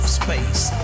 space